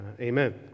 Amen